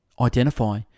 Identify